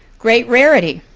great rarity.